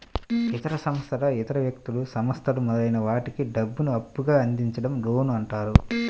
ఇతర సంస్థలు ఇతర వ్యక్తులు, సంస్థలు మొదలైన వాటికి డబ్బును అప్పుగా అందించడం లోన్ అంటారు